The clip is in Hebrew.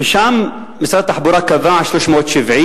ושם משרד התחבורה קבע 370,